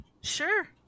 sure